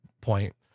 point